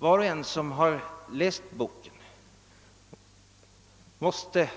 Var och en som läst boken måste